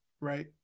right